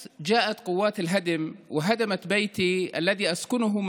ומתרגמם.) סוף ציטוט.